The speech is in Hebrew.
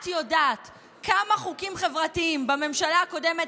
את יודעת כמה חוקים חברתיים בממשלה הקודמת